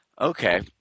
Okay